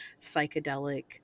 psychedelic